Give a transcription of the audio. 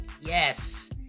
yes